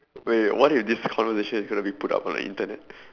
wait wait what if this conversation is going to be put up on the internet